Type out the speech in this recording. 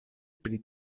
pri